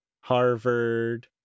Harvard